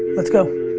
let's go.